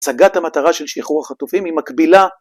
הצגת המטרה של שחרור החטופים היא מקבילה